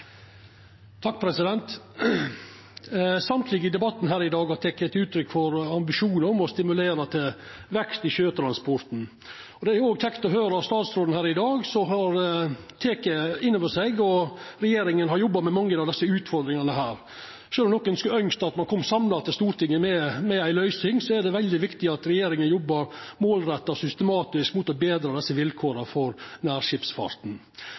i debatten her i dag har uttrykt ambisjonar om å stimulera til vekst i sjøtransporten. Det er òg kjekt å høyra statsråden her i dag, som har teke dette inn over seg, og at regjeringa har jobba med mange av desse utfordringane. Sjølv om nokon skulle ønskt at ein kom til Stortinget med ei samla løysing, er det veldig viktig at regjeringa jobbar målretta og systematisk for å betra vilkåra for nærskipsfarten.